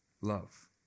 love